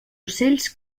ocells